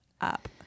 up